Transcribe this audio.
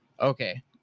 Okay